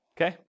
Okay